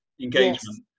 engagement